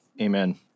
Amen